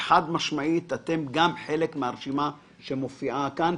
כאשר חד משמעית גם אתם חלק מהרשימה שמופיעה כאן.